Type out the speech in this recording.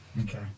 okay